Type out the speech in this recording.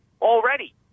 Already